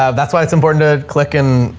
ah that's why it's important to click in,